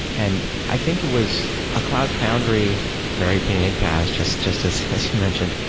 and i think it was a cloud foundry very opinionated paas, just just as as you mentioned,